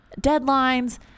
deadlines